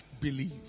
believe